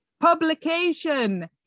publication